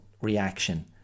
reaction